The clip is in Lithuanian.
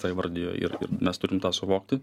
tą įvardijo ir mes turim tą suvokti